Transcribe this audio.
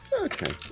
Okay